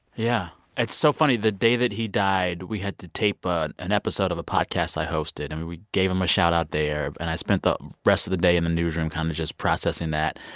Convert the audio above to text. yeah. it's so funny. the day that he died, we had to tape but an episode of a podcast i hosted, and we we gave him a shout-out there. and i spent the rest of the day in the newsroom kind of just processing that.